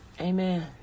Amen